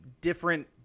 different